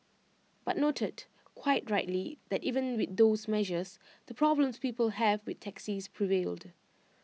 but noted quite rightly that even with those measures the problems people have with taxis prevailed